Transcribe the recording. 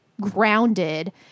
grounded